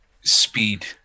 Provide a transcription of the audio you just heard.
speed